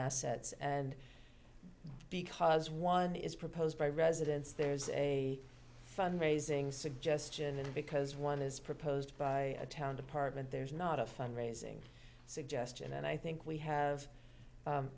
assets and because one is proposed by residents there's a fund raising suggestion and because one is proposed by a town department there's not a fund raising suggestion and i think we have